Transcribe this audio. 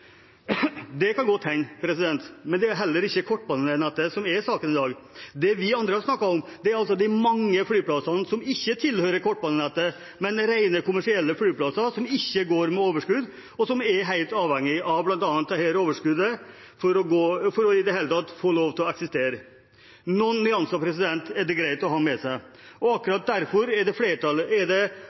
Det kan godt hende, men det er heller ikke kortbanenettet som er saken i dag. Det vi andre har snakket om, er de mange flyplassene som ikke tilhører kortbanenettet, men rene kommersielle flyplasser som ikke går med overskudd, og som er helt avhengig av bl.a. dette overskuddet for i det hele tatt å få lov til å eksistere. Noen nyanser er det greit å ha med seg. Akkurat derfor er det flertallet stemmer ned Senterpartiets og Sosialistisk Venstrepartis politikk i dag og venter på regjeringens vurdering. Det